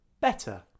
better